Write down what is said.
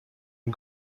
une